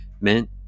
meant